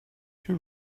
you